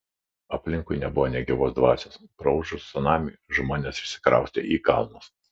aplinkui nebuvo nė gyvos dvasios praūžus cunamiui žmonės išsikraustė į kalnus